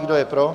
Kdo je pro?